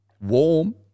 warm